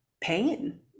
pain